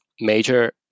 major